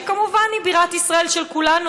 שכמובן היא בירת ישראל של כולנו,